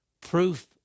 proof